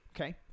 Okay